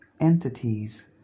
Entities